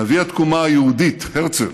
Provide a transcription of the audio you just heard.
נביא התקומה היהודית, הרצל,